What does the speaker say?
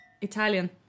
Italian